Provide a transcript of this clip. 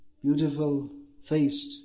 beautiful-faced